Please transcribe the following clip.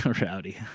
Rowdy